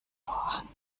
vorhang